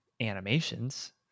animations